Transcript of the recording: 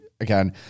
again